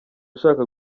ushaka